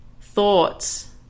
thoughts